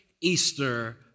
Easter